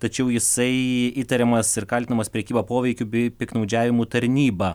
tačiau jisai įtariamas ir kaltinamas prekyba poveikiu bei piktnaudžiavimu tarnyba